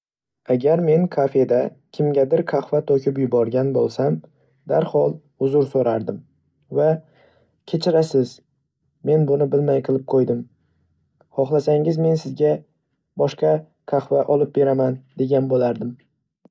Agar men kafeda kimgadir qahva to'kib yuborgan bo'lsam, darhol uzr so'rardim va: "Kechirasiz, men buni bilmay qilib qo'ydim, hohlasangiz men sizga boshqa qahva olib beraman degan bo'lardim!